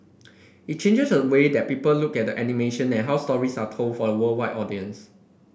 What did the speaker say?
it changes a way that people look at animation and how stories are told for a worldwide audience